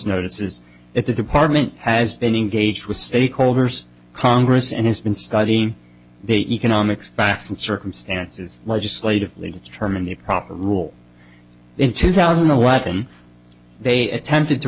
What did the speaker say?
notices that the department has been engaged with stakeholders congress and has been studying the economic facts and circumstances legislatively determine the proper rule in two thousand and eleven they attempted to